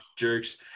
jerks